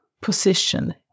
position